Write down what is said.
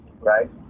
right